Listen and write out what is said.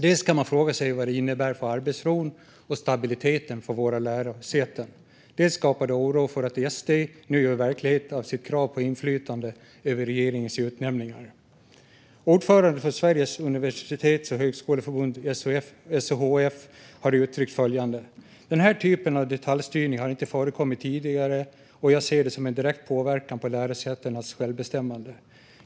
Dels kan man fråga sig vad det innebär för arbetsron och stabiliteten vid våra lärosäten, dels väcker det oro för att SD nu gör verklighet av sitt krav på inflytande över regeringens utnämningar. Ordföranden för Sveriges universitets och högskoleförbund, SUHF, har uttryckt följande: "Den typen av detaljstyrning har inte förekommit tidigare och jag ser det som en direkt påverkan på . lärosätenas självbestämmande."